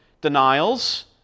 denials